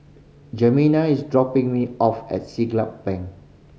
Jemima is dropping me off at Siglap Bank